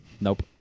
nope